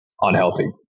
unhealthy